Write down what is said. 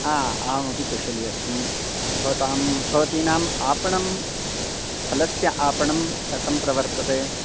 आम् अहमपि कुशली अस्मि भवतां भवतीनां आपणं फलस्य आपणं कथं प्रवर्तते